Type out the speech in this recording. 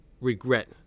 regret